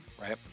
right